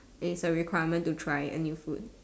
it is a requirement to try a new food